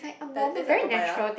but this this is papaya